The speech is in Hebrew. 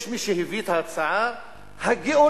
יש מי שהביא את ההצעה הגאונית,